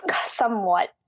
somewhat